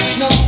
no